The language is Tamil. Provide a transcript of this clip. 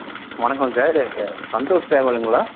வணக்கம் சார் சந்தோஷ் டிராவலுங்களா